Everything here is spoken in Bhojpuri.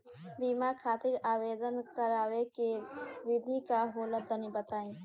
बीमा खातिर आवेदन करावे के विधि का होला तनि बताईं?